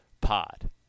Pod